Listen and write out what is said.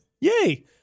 Yay